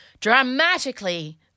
dramatically